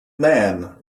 man